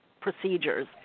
procedures